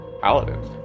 Paladins